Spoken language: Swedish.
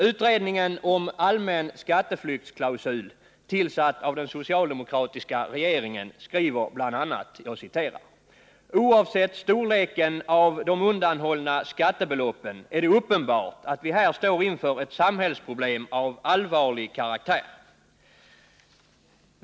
Utredningen om allmän skatteflyktsklausul, tillsatt av den socialdemokratiska regeringen, skriver bl.a.: ”Oavsett storleken av de undanhållna skattebeloppen är det uppenbart, att vi här står inför ett samhällsproblem av allvarlig karaktär.